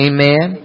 Amen